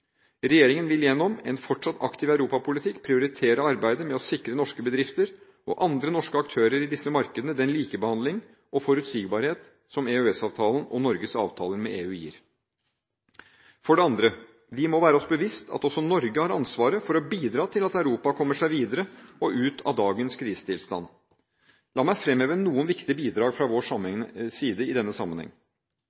Regjeringen vil gjennom en fortsatt aktiv europapolitikk prioritere arbeidet med å sikre norske bedrifter og andre norske aktører i disse markedene den likebehandling og forutsigbarhet som EØS-avtalen og Norges avtaler med EU gir. For det andre: Vi må være oss bevisst at også Norge har ansvar for å bidra til at Europa kommer seg videre og ut av dagens krisetilstand. La meg fremheve noen viktige bidrag fra vår